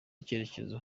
icyerekezo